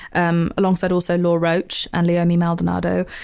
um alongside also law roach and leiomy maldonado,